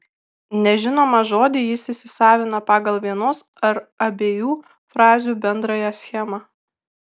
nežinomą žodį jis įsisavina pagal vienos ar abiejų frazių bendrąją schemą